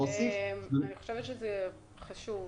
אני חושבת שזה דבר חשוב.